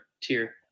tier